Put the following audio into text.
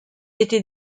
été